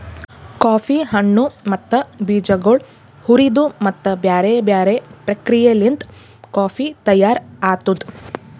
coffee ಹಣ್ಣು ಮತ್ತ ಬೀಜಗೊಳ್ ಹುರಿದು ಮತ್ತ ಬ್ಯಾರೆ ಬ್ಯಾರೆ ಪ್ರಕ್ರಿಯೆಲಿಂತ್ ಕಾಫಿ ತೈಯಾರ್ ಆತ್ತುದ್